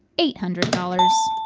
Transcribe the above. eight hundred dollars?